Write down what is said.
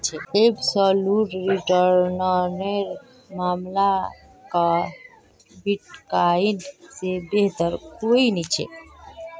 absolute return नेर मामला क बिटकॉइन से बेहतर कोई नी छे